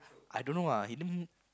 I don't know lah he damn